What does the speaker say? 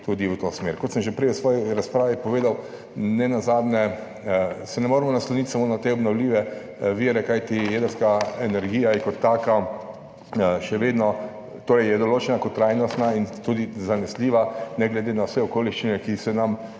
tudi v to smer. Kot sem že prej v svoji razpravi povedal, nenazadnje se ne moremo nasloniti samo na te obnovljive vire, kajti jedrska energija je kot taka še vedno določena kot trajnostna in tudi zanesljiva ne glede na vse okoliščine, ki se nam